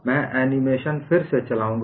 मैं एनीमेशन फिर से चलाउँगा